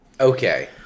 Okay